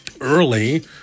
early